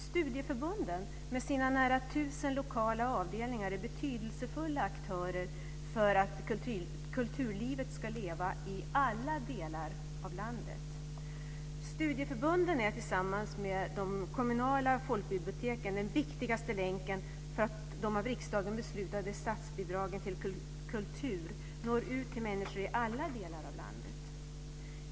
Studieförbunden med sina nära 1 000 lokala avdelningar är betydelsefulla aktörer för att kulturlivet ska leva i alla delar av landet. Studieförbunden är tillsammans med de kommunala folkbiblioteken den viktigaste länken för att de av riksdagen beslutade statsbidragen till kultur ska nå ut till människor i alla delar av landet.